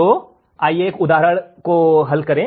तो आइए एक उदाहरण को हल करें